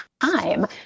time